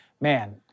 Man